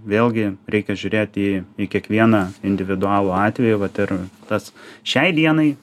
vėlgi reikia žiūrėti į į kiekvieną individualų atvejį vat ir tas šiai dienai